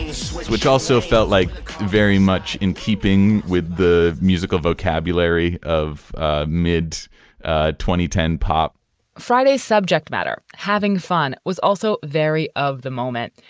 swing, which also felt like very much in keeping with the musical vocabulary of mid ah ten pop fridays subject matter having fun was also very of the moment.